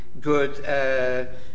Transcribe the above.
good